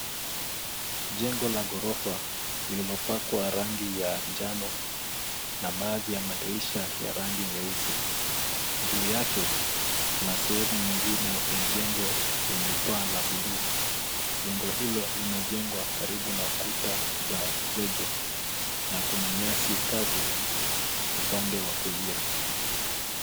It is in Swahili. Jengo la horofa lililopakwa rangi ya njano na baadhi ya madirisha yenye rangi nyeusi. Juu yake kuna sehemu nyingine ya jengo lenye paa la buluu. Jengo hilo limejengwa karibu na kuta za zege na kuna nyasi kavu upande wa kulia.